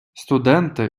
студенти